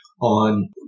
on